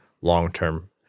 long-term